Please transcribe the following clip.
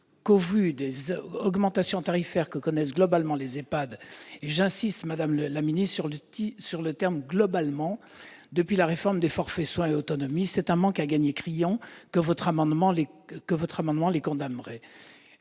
que, au vu des augmentations tarifaires que connaissent globalement les EHPAD- j'insiste, madame la ministre, sur le terme « globalement » -depuis la réforme des forfaits soins et autonomie, c'est à un manque à gagner criant que le dispositif les condamnerait.